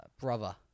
brother